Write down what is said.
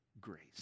grace